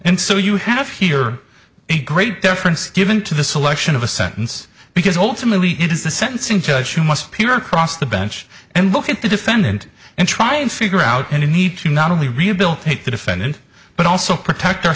and so you have here a great difference given to the selection of a sentence because ultimately it is the sentencing judge who must peer across the bench and look at the defendant and try and figure out any need to not only rehabilitate the defendant but also protect our